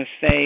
say